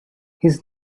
his